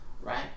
right